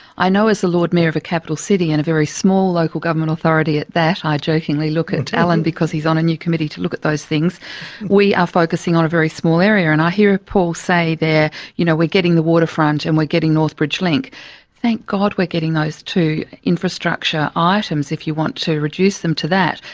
i know as the lord mayor of a capital city and a very small local government authority at that i jokingly look at alan because he's on a new committee to look at those things we are focussing on a very small area. and i hear paul say there you know we're getting the waterfront and we're getting northbridge link thank god we're getting those two infrastructure items, if you want to reduce them to that.